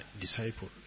disciple